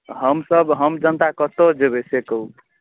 हमसब हम जनता कतऽ जेबै से कहू